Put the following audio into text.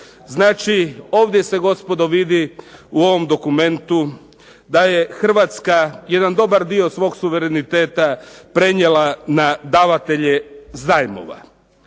Znači, ovdje se gospodo vidi u ovom dokumentu da je Hrvatska jedan dobar dio svog suvereniteta prenijela na davatelje zajmova.